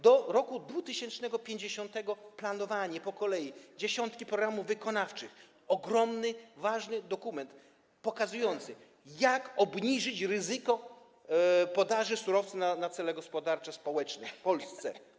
Do roku 2050 planowanie, po kolei: dziesiątki programów wykonawczych, ogromny, ważny dokument pokazujący, jak obniżyć ryzyko podaży surowca na cele gospodarcze, społeczne w Polsce.